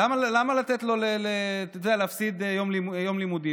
למה לתת לו, אתה יודע, להפסיד יום לימודים?